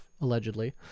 allegedly